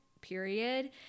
period